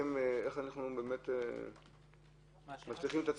איך אנחנו מבטיחים את עצמנו?